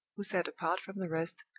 who sat apart from the rest,